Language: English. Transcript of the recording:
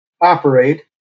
operate